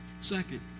Second